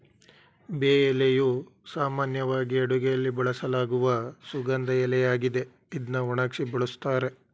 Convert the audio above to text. ಬೇ ಎಲೆಯು ಸಾಮಾನ್ಯವಾಗಿ ಅಡುಗೆಯಲ್ಲಿ ಬಳಸಲಾಗುವ ಸುಗಂಧ ಎಲೆಯಾಗಿದೆ ಇದ್ನ ಒಣಗ್ಸಿ ಬಳುಸ್ತಾರೆ